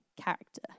character